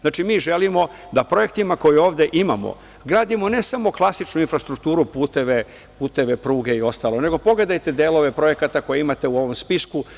Znači, mi želimo da projektima koje ovde imamo gradimo ne samo klasičnu infrastrukturu, puteve, pruge i ostalo, nego, pogledajte delove projekata koje imate u ovom spisku.